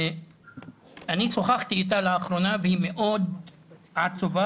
אני שוחחתי אתה לאחרונה, והיא מאוד עצובה